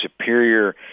superior